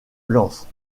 lance